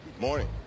morning